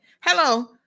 Hello